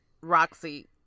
Roxy